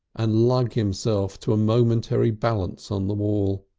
and lug himself to a momentary balance on the wall.